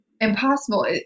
impossible